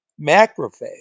macrophage